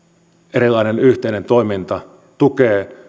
erilainen yhteinen toiminta tukevat